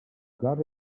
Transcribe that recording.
got